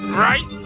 right